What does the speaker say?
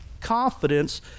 confidence